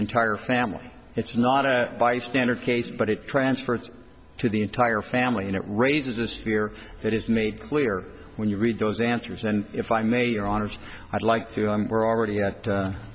entire family it's not a bystander case but it transfers to the entire family and it raises this fear it is made clear when you read those answers and if i may your honors i'd like to we're already at